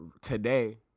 today